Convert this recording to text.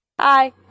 Hi